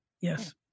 Yes